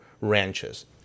ranches